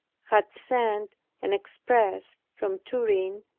had sent an express from turin,